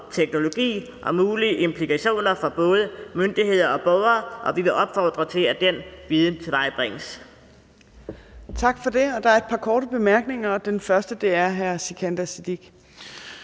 teknologi og mulige implikationer for både myndigheder og borgere, og vi vil opfordre til, at den viden tilvejebringes. Kl. 17:49 Fjerde næstformand (Trine Torp): Tak for det. Der er et par korte bemærkninger, og den første er fra hr. Sikandar Siddique.